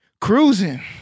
cruising